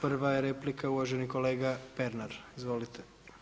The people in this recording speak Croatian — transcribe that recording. Prva je replika uvaženi kolega Pernar, izvolite.